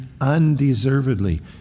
undeservedly